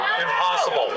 Impossible